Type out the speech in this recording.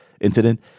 incident